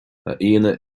aíonna